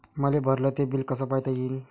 मले भरल ते बिल कस पायता येईन?